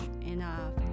enough